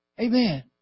Amen